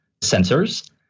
sensors